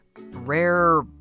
rare